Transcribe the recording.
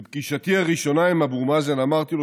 בפגישתי הראשונה עם אבו מאזן אמרתי לו